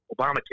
Obamacare